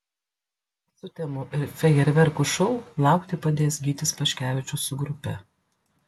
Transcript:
sutemų ir fejerverkų šou laukti padės gytis paškevičius su grupe